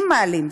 אם מעלים,